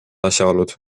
asjaolud